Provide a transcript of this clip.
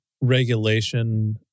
regulation